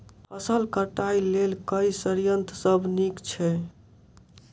फसल कटाई लेल केँ संयंत्र सब नीक छै?